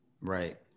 Right